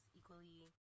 equally